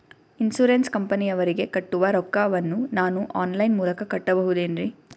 Insurance ಕಂಪನಿಯವರಿಗೆ ಕಟ್ಟುವ ರೊಕ್ಕ ವನ್ನು ನಾನು ಆನ್ ಲೈನ್ ಮೂಲಕ ಕಟ್ಟಬಹುದೇನ್ರಿ?